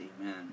Amen